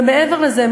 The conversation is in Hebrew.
ומעבר לזה,